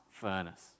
furnace